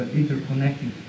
interconnected